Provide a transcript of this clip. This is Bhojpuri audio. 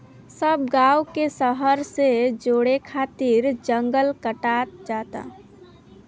सब गांव के शहर से जोड़े खातिर जंगल कटात जाता